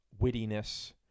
wittiness